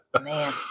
Man